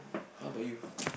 how ~bout you